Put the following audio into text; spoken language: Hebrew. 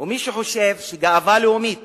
ומי שחושב שגאווה לאומית